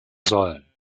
sollen